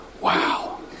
Wow